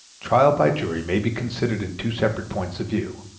trial by jury may be considered in two separate points of view,